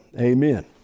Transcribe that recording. Amen